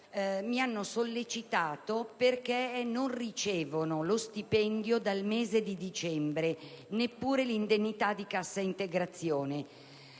il problema perché non ricevono lo stipendio dal mese di dicembre e neanche l'indennità di cassa integrazione.